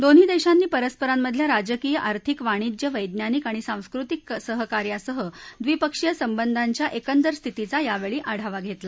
दोन्ही देशांनी परस्परांमधल्या राजकीय आर्थिक वाणीज्य वद्यानिक आणि सांस्कृतिक सहकार्यासह द्विपक्षीय संबंधांच्या एकंदर स्थितीचा यावेळी आढावा घेतला